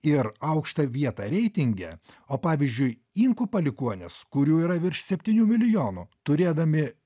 ir aukštą vietą reitinge o pavyzdžiui inkų palikuonys kurių yra virš septynių milijonų turėdami